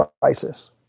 crisis